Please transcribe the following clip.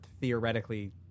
theoretically